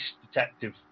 detective